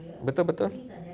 betul betul